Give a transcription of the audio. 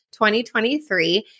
2023